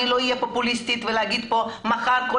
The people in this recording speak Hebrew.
אני לא אהיה פופוליסטית ואגיד שמחר כל